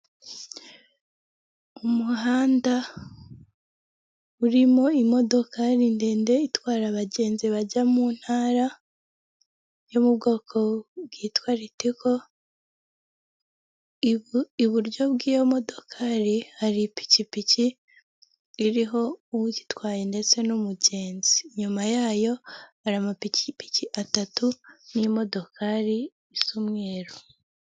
Mu isoko ahacururizwa ibicuruzwa bitandukanye; nk'inyanya, ibitunguru, ibishyimbo ndetse n'ibindi nk'ibitoki mu buryo bwinshi cyangwa se mu buryo bukeya.